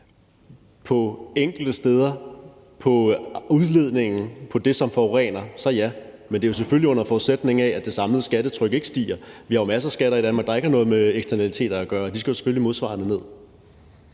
På enkelte områder på udledningen, på det, som forurener, ja. Men det er selvfølgelig, under forudsætning af at det samlede skattetryk ikke stiger. Vi har jo masser af skatter i Danmark, der ikke har noget med eksternaliteter at gøre, og de skal selvfølgelig modsvarende ned.